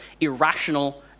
irrational